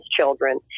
children